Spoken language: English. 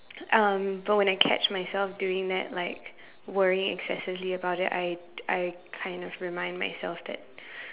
um so when I catch myself doing that like worrying excessively about it I I kind of remind myself that